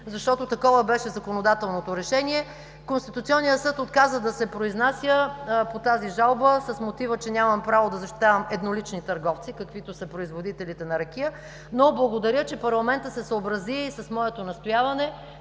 защото такова беше законодателното решение. Конституционният съд отказа да се произнесе по нея с мотива, че нямам право да защитавам еднолични търговци, каквито са производителите на ракия. Благодаря, че парламентът се съобрази с моето настояване